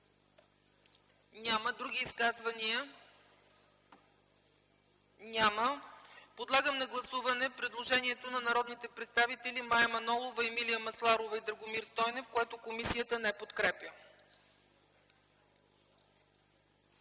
Няма. Други изказвания? Няма. Подлагам на гласуване предложението на народните представители Мая Манолова, Емилия Масларова и Драгомир Стойнев, което комисията не подкрепя.